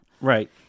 right